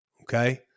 Okay